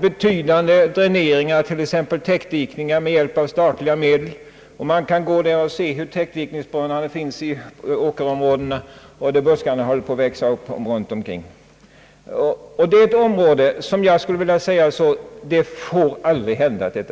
Betydande dräneringar har utförts med hjälp av statliga medel, och nu kan man se hur buskarna håller på att växa upp kring täckdikningsbrunnarna. Det får inte gå så långt att området